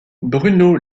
bruno